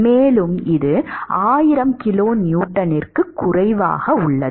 மேலும் இது 1000 கிலோநியூட்டனுக்கும் குறைவாக உள்ளது